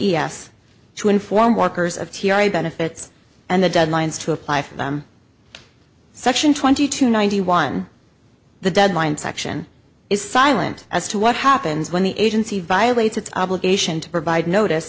s to inform workers of tiare benefits and the deadlines to apply for them section twenty two ninety one the deadline section is silent as to what happens when the agency violates its obligation to provide notice